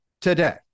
today